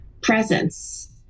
presence